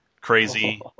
Crazy